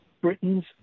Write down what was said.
Britain's